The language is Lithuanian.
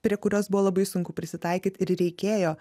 prie kurios buvo labai sunku prisitaikyt ir reikėjo